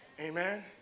Amen